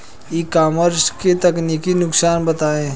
ई commerce के तकनीकी नुकसान बताएं?